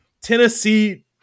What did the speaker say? Tennessee